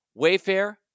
Wayfair